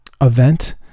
event